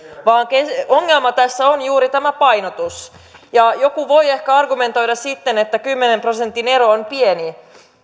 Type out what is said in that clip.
vaan ongelma tässä on juuri tämä painotus ja joku voi ehkä argumentoida sitten että kymmenen prosentin ero on pieni